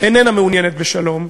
איננה מעוניינת בשלום,